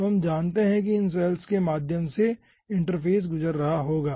तो हम जानते हैं कि केवल इन सैल्स के माध्यम से इंटरफ़ेस गुजर रहा होगा